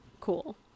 Cool